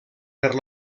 per